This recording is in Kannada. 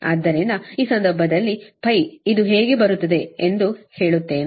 ಆದ್ದರಿಂದ ಈ ಸಂದರ್ಭದಲ್ಲಿ ಇದು ಹೇಗೆ ಬರುತ್ತಿದೆ ಎಂಬುದು ಹೇಳುತ್ತೇನೆ